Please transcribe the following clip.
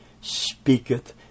speaketh